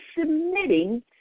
submitting